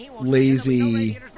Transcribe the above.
lazy